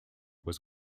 was